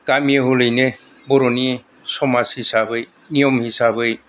गामि हलैनो बर'नि समाज हिसाबै नियम हिसाबै